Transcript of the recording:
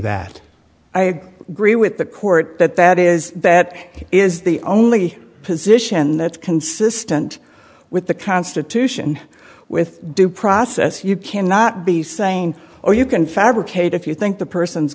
that i agree with the court that that is that is the only position that's consistent with the constitution with due process you cannot be saying or you can fabricate if you think the person is